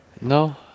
No